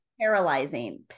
Paralyzing